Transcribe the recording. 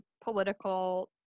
political